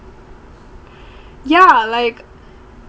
ya like